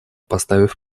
поставив